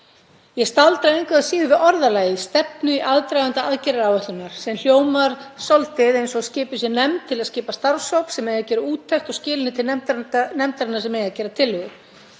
Ég staldra engu að síður við orðalagið „stefna í aðdraganda aðgerðaáætlunar“ sem hljómar svolítið eins og skipuð sé nefnd til að skipa starfshóp sem eigi að gera úttekt og skila henni til nefndarinnar sem eigi að gera tillögu.